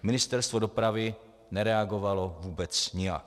Ministerstvo dopravy nereagovalo vůbec nijak.